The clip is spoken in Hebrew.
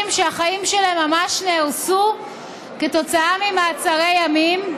שהחיים שלהם ממש נהרסו כתוצאה ממעצרי ימים.